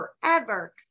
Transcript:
forever